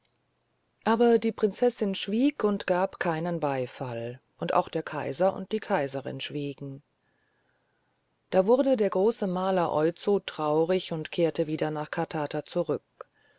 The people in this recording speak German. aber die prinzessin schwieg und gab keinen beifall und auch der kaiser und die kaiserin schwiegen da wurde der große maler oizo traurig und kehrte wieder nach katata zurück